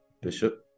Bishop